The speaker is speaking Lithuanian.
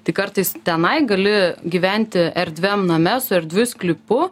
tai kartais tenai gali gyventi erdviam name su erdviu sklypu